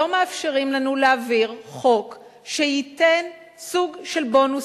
לא מאפשרים לנו להעביר חוק שייתן סוג של בונוס